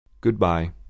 Goodbye